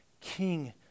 king